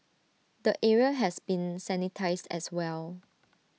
the area has been sanitised as well